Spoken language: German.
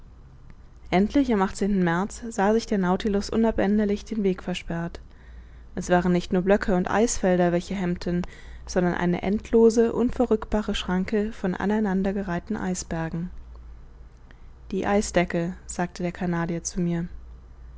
endlich am märz sah sich der nautilus unabänderlich den weg versperrt es waren nicht nur blöcke und eisfelder welche hemmten sondern eine endlose unverrückbare schranke von aneinander gereihten eisbergen die eisdecke sagte der canadier zu mir